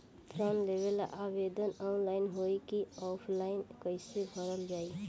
ऋण लेवेला आवेदन ऑनलाइन होई की ऑफलाइन कइसे भरल जाई?